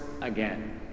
again